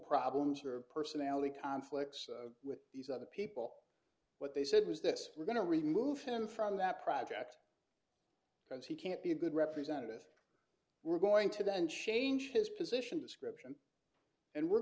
problems or personality conflicts with these other people what they said was this we're going to remove him from that project because he can't be a good representative we're going to then change his position description and we're